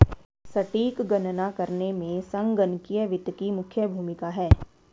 सटीक गणना करने में संगणकीय वित्त की मुख्य भूमिका है